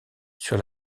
sur